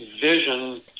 vision